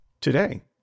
today